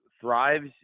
Thrives